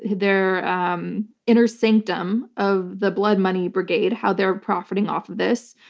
their um inner sanctum of the blood money brigade, how they're profiting off of this.